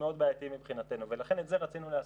מאוד בעייתיים מבחינתנו ולכן את זה רצינו להסדיר.